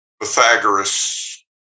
Pythagoras